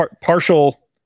partial